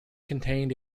contained